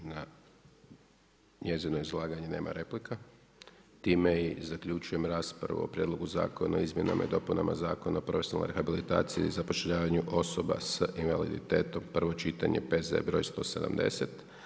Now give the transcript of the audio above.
Na njezino izlagane nema replika, time i zaključujem raspravu o Prijedlogu zakona o izmjenama i dopunama Zakona o profesionalnoj rehabilitaciji i zapošljavanju osoba s invaliditetom, prvo čitanje, P.Z. br. 170.